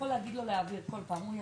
שלום.